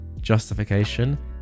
justification